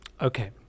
Okay